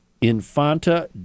Infanta